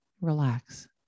relax